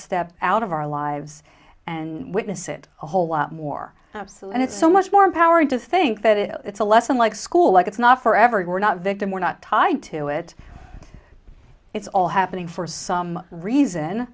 step out of our lives and witness it a whole lot more and it's so much more empowered to think that it it's a lesson like school like it's not forever and we're not victim we're not tied to it it's all happening for some reason